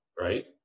right